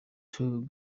two